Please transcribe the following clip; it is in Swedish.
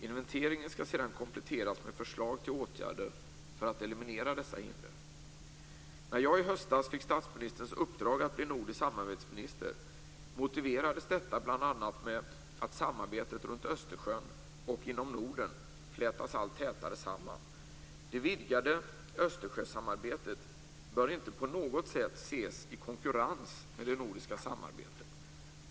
Inventeringen skall sedan kompletteras med förslag till åtgärder för att eliminera dessa hinder. När jag i höstas fick statsministerns uppdrag att bli nordisk samarbetsminister motiverades detta bl.a. med att samarbetet runt Östersjön och inom Norden flätas allt tätare samman. Det vidgade Östersjösamarbetet bör inte på något sätt ses i konkurrens med det nordiska samarbetet.